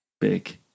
big